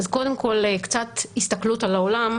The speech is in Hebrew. אז קודם כל קצת הסתכלות על העולם.